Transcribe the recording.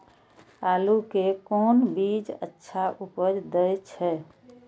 आलू के कोन बीज अच्छा उपज दे छे?